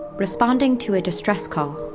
responding to a distress call,